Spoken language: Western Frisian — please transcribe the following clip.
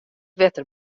wetter